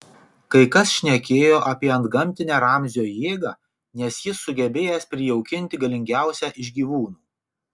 kai kas šnekėjo apie antgamtinę ramzio jėgą nes jis sugebėjęs prijaukinti galingiausią iš gyvūnų